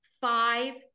five